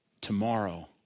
tomorrow